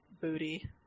booty